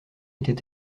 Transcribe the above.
était